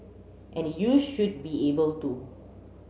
and you should be able to